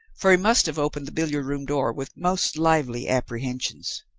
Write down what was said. for he must have opened the billiard-room door with most lively apprehensions.